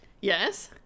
yes